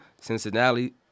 Cincinnati